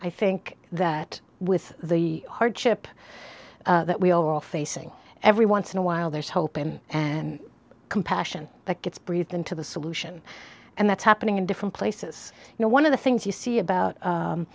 i think that with the hardship that we're all facing every once in a while there's hope and and compassion that gets breathed into the solution and that's happening in different places you know one of the things you see about